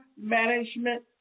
management